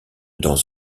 dans